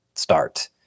start